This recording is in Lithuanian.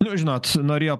nu žinot norėjo